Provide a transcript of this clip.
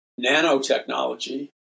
nanotechnology